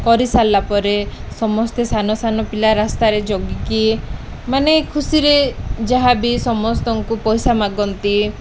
କରିସାରିଲା ପରେ ସମସ୍ତେ ସାନ ସାନ ପିଲା ରାସ୍ତାରେ ଜଗିକି ମାନେ ଖୁସିରେ ଯାହା ବିି ସମସ୍ତଙ୍କୁ ପଇସା ମାଗନ୍ତି